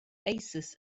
oasis